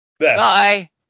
bye